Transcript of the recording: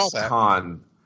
con